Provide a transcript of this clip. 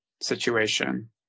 situation